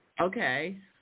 Okay